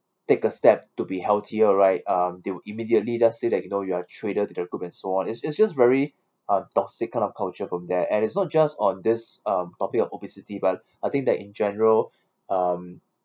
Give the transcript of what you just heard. take a step to be healthier right um they will immediately just say that you know you are traitor to the group and so on is is just very uh toxic kind of culture from there and it's not just on this uh topic of obesity but I think that in general um